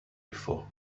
before